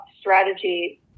strategy